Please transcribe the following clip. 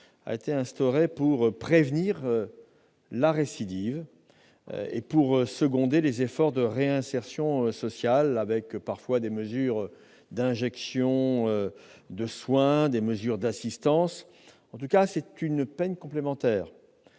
a été instauré pour prévenir la récidive et pour seconder les efforts de réinsertion sociale par des injonctions de soins ou des mesures d'assistance. C'est une peine complémentaire